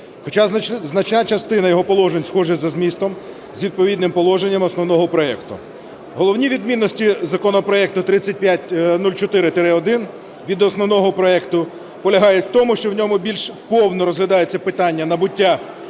хоча значна частина його положень схожі за змістом з відповідними положеннями основного проекту. Головні відмінності законопроекту 3504-1 від основного проекту полягає в тому, що в ньому більш повно розглядається питання набуття